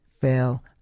fail